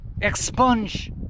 expunge